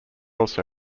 also